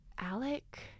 Alec